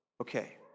Okay